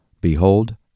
Behold